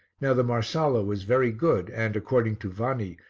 now the marsala was very good and, according to vanni,